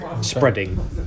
spreading